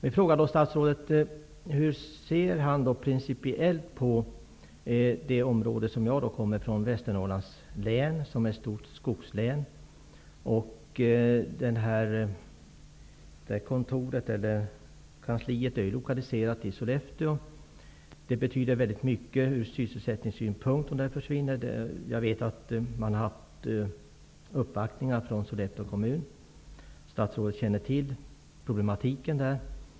Hur ser statsrådet principiellt på det område som jag kommer från, nämligen Västernorrlands län? Det är ett stort skogslän. Kansliet är lokaliserat till Sollefteå. Det betyder mycket från sysselsättningssynpunkt om kansliet läggs ned. Jag vet att företrädare från Sollefteå kommun har gjort uppvaktningar. Statsrådet känner till problemen där.